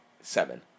Seven